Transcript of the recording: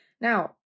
Now